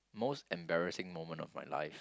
most embarrassing moment of my life